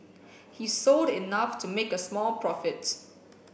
he sold enough to make a small profits